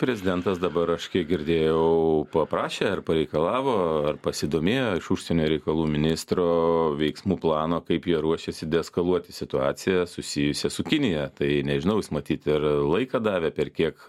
prezidentas dabar aš kiek girdėjau paprašė ar pareikalavo ar pasidomėjo iš užsienio reikalų ministro veiksmų plano kaip jie ruošiasi deeskaluoti situaciją susijusią su kinija tai nežinau matyt ir laiką davė per kiek